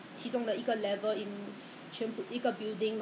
!huh! that means 是讲他的 office there was somebody kena ah